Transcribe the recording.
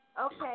Okay